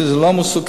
שזה לא מסוכן,